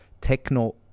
techno